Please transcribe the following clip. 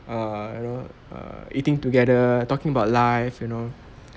err you know err eating together talking about life you know